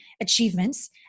achievements